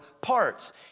parts